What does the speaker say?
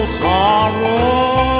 sorrow